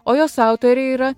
o jos autoriai yra